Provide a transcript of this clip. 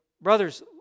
brothers